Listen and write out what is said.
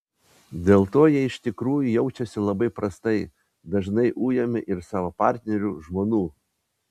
dėl to jie iš tikrųjų jaučiasi labai prastai dažnai ujami ir savo partnerių žmonų